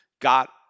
got